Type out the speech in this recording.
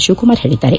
ಶಿವಕುಮಾರ್ ಹೇಳಿದ್ದಾರೆ